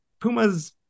pumas